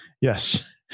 Yes